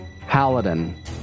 Paladin